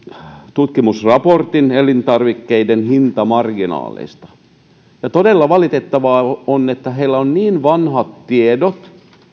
tutkimusraportin elintarvikkeiden hintamarginaaleista todella valitettavaa on että heillä on niin vanhat tiedot